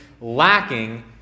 lacking